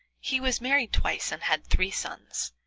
he was married twice, and had three sons,